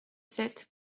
sept